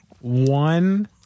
one